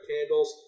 candles